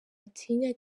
atinya